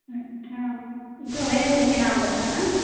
अच्छा जो है उनके नाम बताना है